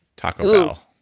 taco bell